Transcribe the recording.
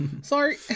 Sorry